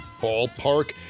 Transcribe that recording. ballpark